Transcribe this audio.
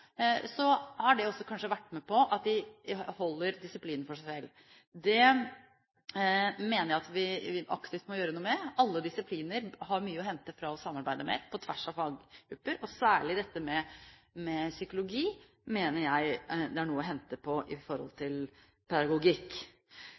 har det kanskje også ført til at de holder disiplinen for seg selv. Det mener jeg at vi aktivt må gjøre noe med. Alle disipliner har mye å hente på å samarbeide mer på tvers av faggrupper, og særlig når det gjelder psykologi, mener jeg det er noe å hente i forhold